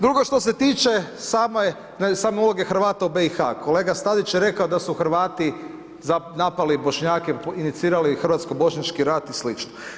Drugo što se tiče same uloge Hrvata u BIH, kolega Stazić je rekao da su Hrvati napravili Bošnjake, inicirali hrvatsko-bošnjački rat i sl.